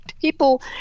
people